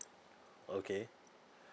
okay